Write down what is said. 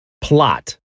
Plot